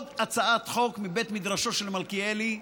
הצעת החוק אושרה בשלוש קריאות.